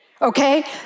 okay